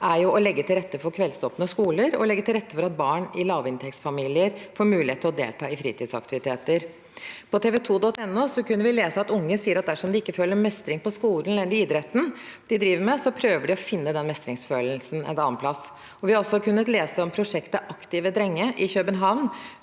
14. feb. – Muntlig spørretime 2024 i lavinntektsfamilier får mulighet til å delta i fritidsaktiviteter. På tv2.no kunne vi lese at unge sier at dersom de ikke føler mestring på skolen eller i idretten de driver med, prøver de å finne den mestringsfølelsen en annen plass. Vi har også kunnet lese om prosjektet «Aktive drenge» i København,